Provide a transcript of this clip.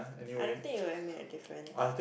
I don't think it would have made a difference